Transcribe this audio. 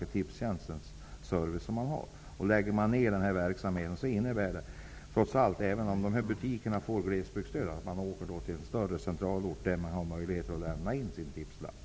Om Tipstjänst lägger ner den här verksamheten innebär det, trots att butikerna får glesbygdsstöd, att människor åker till en större centralort där de har möjlighet att lämna in sina tipslappar.